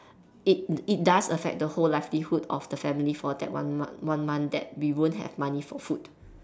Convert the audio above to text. it it does affect the whole livelihood of the family for that one month that we won't have money for food